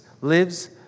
lives